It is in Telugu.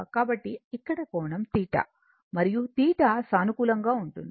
కాబట్టి ఇక్కడ కోణం θ మరియు θ సానుకూలంగా ఉంటుంది